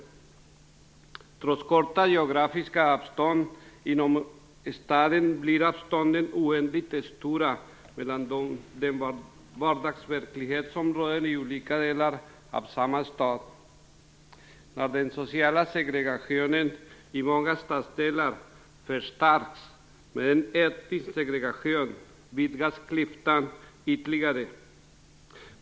Trots korta geografiska avstånd inom staden, blir avstånden oändligt stora i fråga om den vardagsverklighet som råder i olika delar av samma stad. När den sociala segregationen i många stadsdelar förstärks med etnisk segregation, vidgas klyftan ytterligare.